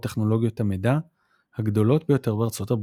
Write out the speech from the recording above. טכנולוגיית המידע הגדולות ביותר בארצות הברית.